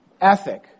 ethic